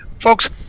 Folks